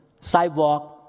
sidewalk